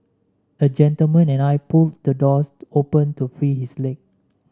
a gentleman and I pulled the doors open to free his leg